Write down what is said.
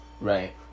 right